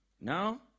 Now